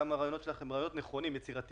שגם הרעיונות שלך הם רעיונות נכונים ויצירתיים.